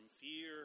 fear